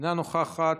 אינה נוכחת,